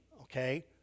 okay